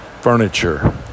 furniture